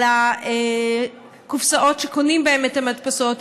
על הקופסאות שקונים בהן את המדפסות.